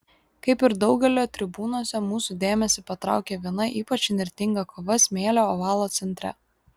kaip ir daugelio tribūnose mūsų dėmesį patraukia viena ypač įnirtinga kova smėlio ovalo centre